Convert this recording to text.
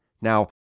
Now